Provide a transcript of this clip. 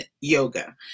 yoga